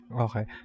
Okay